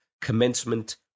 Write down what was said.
commencement